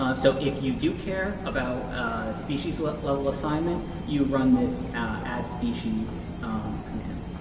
um so if you do care about species-level assignment, you run this addspecies command.